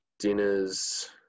dinners